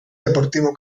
deportivo